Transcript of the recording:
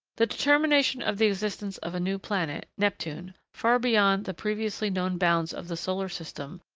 the determination of the existence of a new planet, neptune, far beyond the previously known bounds of the solar system,